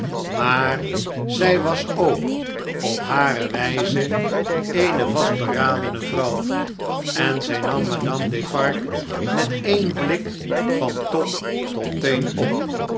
maar zij was ook op hare wn'ze eene vastberadene vroiiw en zjj nam madame defarge met een blik van top tot teen op